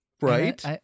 Right